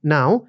Now